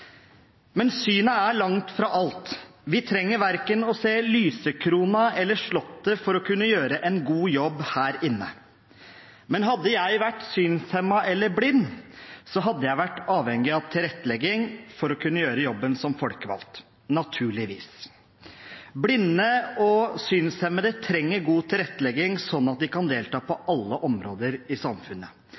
Men synet er langt fra alt. Vi trenger verken å se lysekronen eller Slottet for å kunne gjøre en god jobb her inne. Men hadde jeg vært synshemmet eller blind, hadde jeg vært avhengig av tilrettelegging for å kunne gjøre jobben som folkevalgt – naturligvis. Blinde og synshemmede trenger god tilrettelegging sånn at de kan delta på alle områder i samfunnet.